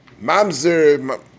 mamzer